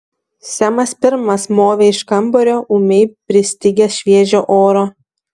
semas pirmas movė iš kambario ūmiai pristigęs šviežio oro